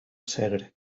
segre